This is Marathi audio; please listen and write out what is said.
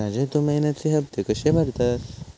राजू, तू महिन्याचे हफ्ते कशे भरतंस?